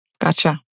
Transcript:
Gotcha